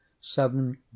seven